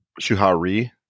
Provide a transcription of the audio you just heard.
Shuhari